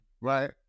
Right